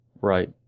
Right